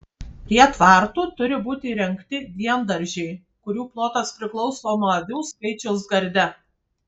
prie tvartų turi būti įrengti diendaržiai kurių plotas priklauso nuo avių skaičiaus garde